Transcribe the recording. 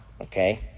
Okay